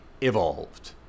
evolved